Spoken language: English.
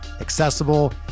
accessible